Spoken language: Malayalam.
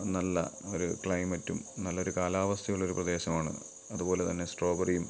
നല്ല ഒരു ക്ലൈമറ്റും നല്ലൊരു കാലാവസ്ഥയുമുള്ളൊരു പ്രദേശമാണ് അതുപോലെ തന്നെ സ്ട്രോബറിയും